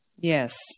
Yes